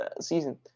season